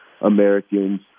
Americans